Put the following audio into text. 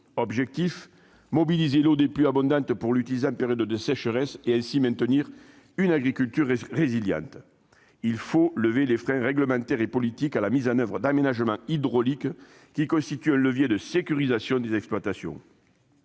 est de mobiliser l'eau des pluies abondantes pour l'utiliser en période de sécheresse, et ainsi de maintenir une agriculture résiliente. Il faut lever les freins réglementaires et politiques à la mise en oeuvre d'aménagements hydrauliques, qui constituent un levier de sécurisation des exploitations.